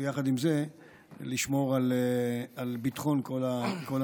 ויחד עם זה לשמור על ביטחון כל המשתתפים.